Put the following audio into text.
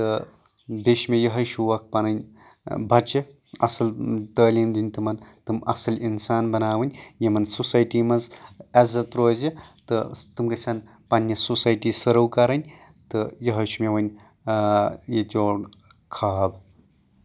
بیٚیہِ چھُ مےٚ یِہے شوق پَنٕنۍ بَچہِ اَصٕل تٲلیٖم دِنۍ تِمن تٕم اَصٕل اِنسان بَناؤنۍ یِمن سوسایٹی منٛز عیزت روزِ تہٕ تِم گژھن پَنٕنۍ سوسایٹی سٔرو کَرٕنۍ تہٕ یہے چھِ وۄنۍ ییٚتہِ اور خاب